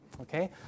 okay